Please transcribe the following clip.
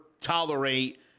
tolerate